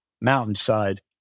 Mountainside